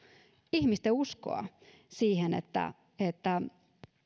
ihmisten uskoa siihen että että